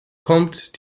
kommt